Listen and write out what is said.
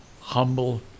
humble